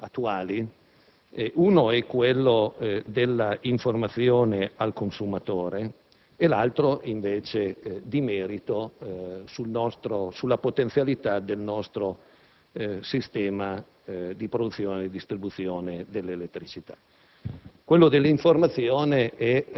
quasi drammaticamente attuali: il primo è quello relativo all'informazione del consumatore e l'altro, invece, è di merito e concerne la potenzialità del nostro sistema di produzione e distribuzione dell'elettricità.